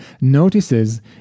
notices